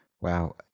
Wow